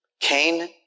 Cain